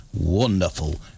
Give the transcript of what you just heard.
Wonderful